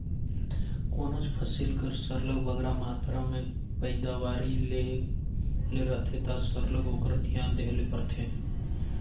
कोनोच फसिल कर सरलग बगरा मातरा में पएदावारी लेहे ले रहथे ता सरलग ओकर धियान देहे ले परथे